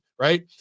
right